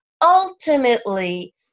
Ultimately